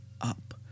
up